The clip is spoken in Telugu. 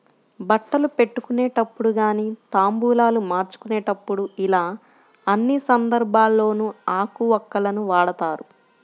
బట్టలు పెట్టుకునేటప్పుడు గానీ తాంబూలాలు మార్చుకునేప్పుడు యిలా అన్ని సందర్భాల్లోనూ ఆకు వక్కలను వాడతారు